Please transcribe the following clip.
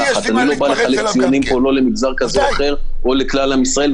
אני לא בא לחלק ציונים למגזר כזה או אחר או לכלל עם ישראל.